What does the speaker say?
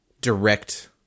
direct